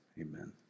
Amen